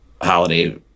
holiday